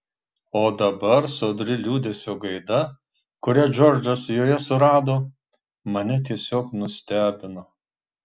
o dabar sodri liūdesio gaida kurią džordžas joje surado mane tiesiog nustebino